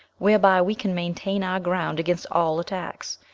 whereby we can maintain our ground against all attacks.